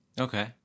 Okay